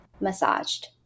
massaged